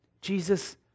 Jesus